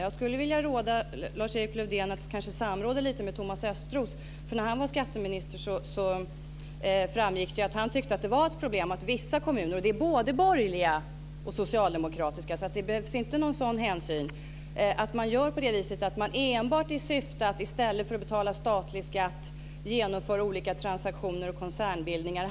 Jag skulle vilja råda Lars-Erik Lövdén att samråda lite grann med Thomas Östros. När han var skatteminister framgick det nämligen att han tyckte att det var ett problem att vissa kommuner - både borgerliga och socialdemokratiska, så man behöver alltså inte ta någon sådan hänsyn - enbart i syfte att slippa betala statlig skatt genomför olika transaktioner och koncernbildningar.